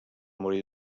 morir